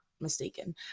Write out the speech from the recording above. mistaken